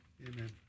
Amen